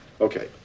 Okay